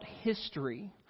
history